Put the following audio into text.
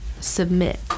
submit